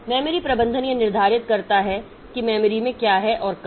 memory प्रबंधन यह निर्धारित करता है कि मेमोरी में क्या है और कब